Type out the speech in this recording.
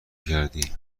کردی